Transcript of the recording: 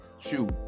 Shoot